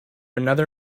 another